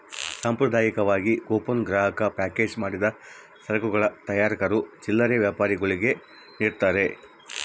ಸಾಂಪ್ರದಾಯಿಕವಾಗಿ ಕೂಪನ್ ಗ್ರಾಹಕ ಪ್ಯಾಕೇಜ್ ಮಾಡಿದ ಸರಕುಗಳ ತಯಾರಕರು ಚಿಲ್ಲರೆ ವ್ಯಾಪಾರಿಗುಳ್ಗೆ ನಿಡ್ತಾರ